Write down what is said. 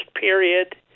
period